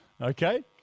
okay